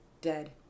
dead